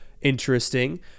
Interesting